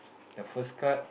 the first card